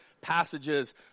passages